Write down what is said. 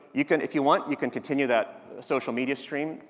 you can, if you want, you can continue that social media stream.